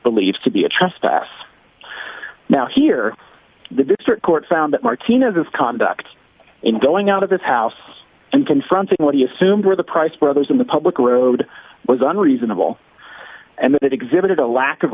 believes to be a trespass now here the district court found that martinez is conduct in going out of his house and confronting what he assumed were the price brothers in the public road was unreasonable and that exhibited a lack of